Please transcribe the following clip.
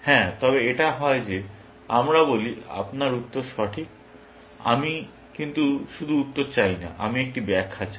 হ্যাঁ তবে এটা হয় যে আমরা বলি আপনার উত্তর সঠিক কিন্তু আমি শুধু উত্তর চাই না আমি একটি ব্যাখ্যা চাই